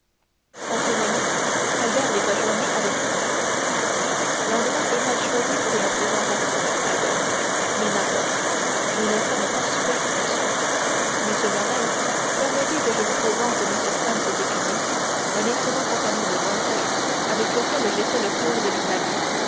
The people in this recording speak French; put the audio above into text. en ce moment albert les rejoignit avec franz l'endroit est mal choisi pour une présentation dit albert mais n'importe nous ne sommes pas superstitieux monsieur morrel permettez que je vous présente m franz d'épinay un excellent compagnon de voyage avec lequel j'ai fait le tour de l'italie